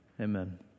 amen